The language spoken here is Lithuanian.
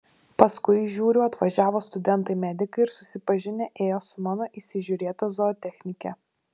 paskui žiūriu atvažiavo studentai medikai ir susipažinę ėjo su mano įsižiūrėta zootechnike